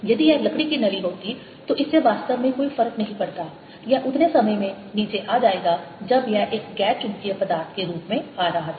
यदि यह लकड़ी की नली होती तो इससे वास्तव में कोई फर्क नहीं पड़ता यह उतने समय में नीचे आ जाएगा जब यह एक गैर चुंबकीय पदार्थ के रूप में आ रहा था